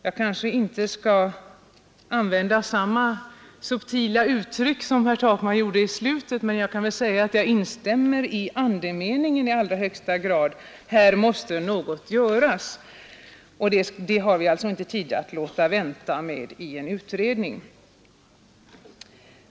Jag skall inte använda samma subtila uttryck som herr Takman gjorde i slutet av sitt anförande, men jag vill ändå säga att jag i allra högsta grad instämmer i andemeningen: Här måste något göras! Vi har inte tid att vänta på ytterligare en utredning.